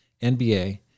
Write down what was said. NBA